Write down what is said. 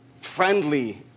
friendly